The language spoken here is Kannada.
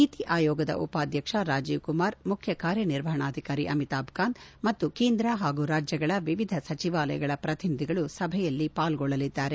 ನೀತಿ ಆಯೋಗದ ಉಪಾಧ್ಯಕ್ಷ ರಾಜೀವ್ಕುಮಾರ್ ಮುಖ್ಯಕಾರ್ದನಿರ್ವಹಣಾಧಿಕಾರಿ ಅಮಿತಾಬ್ ಕಾಂತ್ ಮತ್ತು ಕೇಂದ್ರ ಹಾಗೂ ರಾಜ್ಯಗಳ ವಿವಿಧ ಸಚಿವಾಲಯಗಳ ಪ್ರತಿನಿಧಿಗಳು ಸಭೆಯಲ್ಲಿ ಪಾಲ್ಗೊಳ್ಳಲಿದ್ದಾರೆ